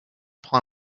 prend